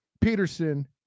peterson